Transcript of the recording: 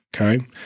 okay